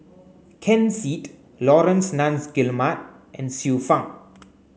Ken Seet Laurence Nunns Guillemard and Xiu Fang